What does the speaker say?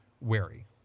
wary